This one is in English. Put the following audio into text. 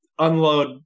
Unload